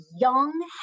young